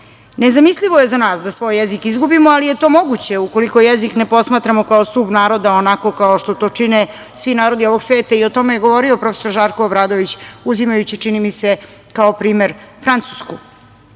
nestane. Nezamislivo je za nas da svoj jezik izgubimo, ali je to moguće ukoliko jezik ne posmatramo kao stub naroda, onako kao što to čine svi narodi ovog sveta. O tome je govori profesor Žarko Obradović, uzimajući čini mi se kao primer Francusku.